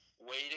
waiting